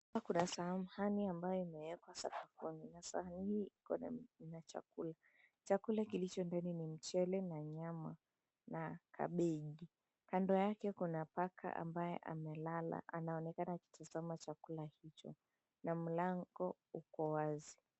Hapa kuna sahani ambayo imeekwa na sahani hii ina chakula, chakula kilicho ndani ni mchele na nyama na kabeji kando yake kuna paka ambaye amelala anaonekana akitizama chakula hicho na mlango uko wazi.